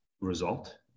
result